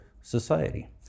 society